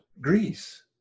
Greece